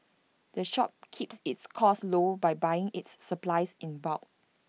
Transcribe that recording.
the shop keeps its costs low by buying its supplies in bulk